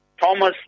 Thomas